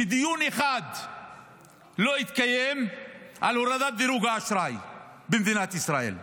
דיון אחד לא התקיים על הורדת דירוג האשראי במדינת ישראל.